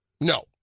No